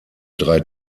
drei